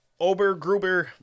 Obergruber